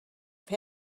have